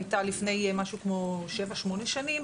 הייתה לפני משהו כמו שבע שמונה שנים.